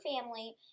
family